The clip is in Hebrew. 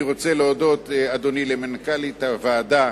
אני רוצה להודות, אדוני, למנכ"לית הוועדה,